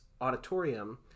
auditorium